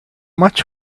much